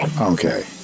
Okay